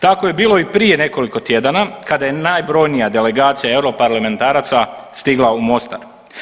Tako je bilo i prije nekoliko tjedana kada je najbrojnija delegacija europarlamentaraca stigla u Mostar.